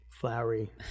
flowery